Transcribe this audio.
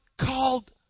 called